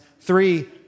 Three